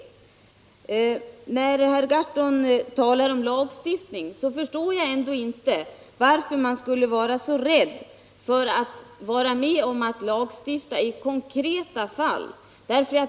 Herr Gahrton talade om lagstiftning, men jag förstår ändå inte varför man skulle vara så rädd för att lagstifta i konkreta fall.